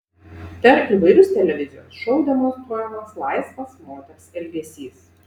per įvairius televizijos šou demonstruojamas laisvas moters elgesys